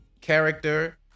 character